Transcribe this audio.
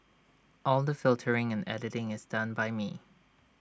all the filtering and editing is done by me